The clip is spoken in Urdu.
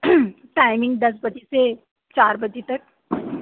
ٹائمنگ دس بجے سے چار بجے تک